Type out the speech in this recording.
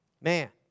Man